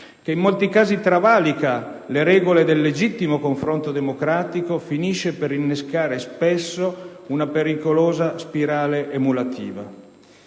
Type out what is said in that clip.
che in molti casi travalica le regole del legittimo confronto democratico, finisce per innescare spesso una pericolosa spirale emulativa.